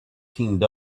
teamed